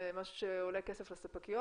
זה משהו שעולה כסף לספקיות,